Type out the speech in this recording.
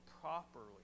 properly